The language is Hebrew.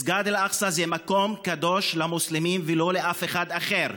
מסגד אל-אקצא זה מקום קדוש למוסלמים ולא לאף אחד אחר.